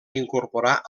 incorporar